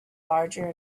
larger